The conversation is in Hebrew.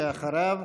ואחריו,